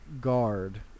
Guard